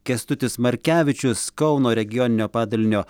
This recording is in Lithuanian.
kęstutis markevičius kauno regioninio padalinio